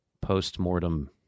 post-mortem